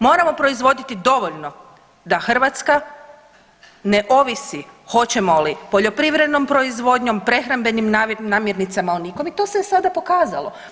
Moramo proizvoditi dovoljno da Hrvatska ne ovisi hoćemo li poljoprivrednom proizvodnjom, prehrambenim namirnicama … [[ne razumije se]] i to se sada pokazalo.